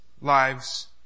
lives